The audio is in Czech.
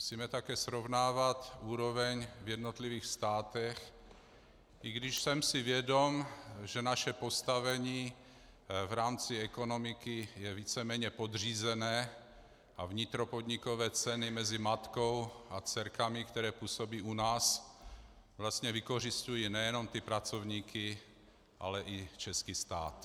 Musíme také srovnávat úroveň v jednotlivých státech, i když jsem si vědom, že naše postavení v rámci ekonomiky je víceméně podřízené a vnitropodnikové ceny mezi matkou a dcerkami, které působí u nás, vlastně vykořisťují nejenom pracovníky, ale i český stát.